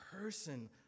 person